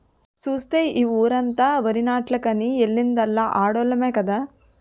సూస్తే ఈ వోరమంతా వరినాట్లకని ఎల్లిందల్లా ఆడోల్లమే కదా